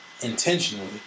intentionally